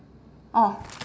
orh